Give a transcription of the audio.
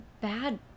bad